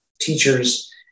teachers